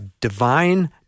divine